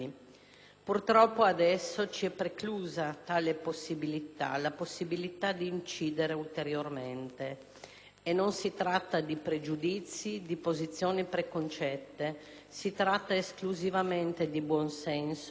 Purtroppo adesso ci è preclusa tale possibilità, la possibilità di incidere ulteriormente, e non si tratta di pregiudizi, di posizioni preconcette: si tratta esclusivamente di buonsenso,